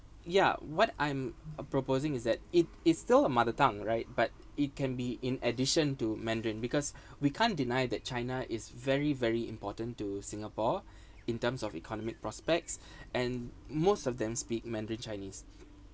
yeah what I'm proposing is that it it's still a mother tongue right but it can be in addition to mandarin because we can't deny that china is very very important to singapore in terms of economic prospects and most of them speak mandarin chinese